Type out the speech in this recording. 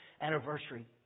anniversary